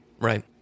right